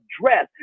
dress